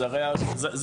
זה הרי החוק,